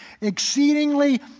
exceedingly